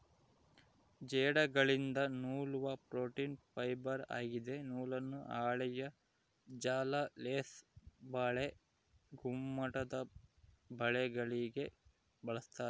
ಜೇಡಗಳಿಂದ ನೂಲುವ protein fibre ಆಗಿದೆ ನೂಲನ್ನು ಹಾಳೆಯ ಜಾಲ ಲೇಸ್ ಬಲೆ ಗುಮ್ಮಟದಬಲೆಗಳಿಗೆ ಬಳಸ್ತಾರ